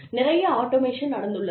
நிறைய ஆட்டோமேஷன் நடந்துள்ளது